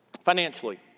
financially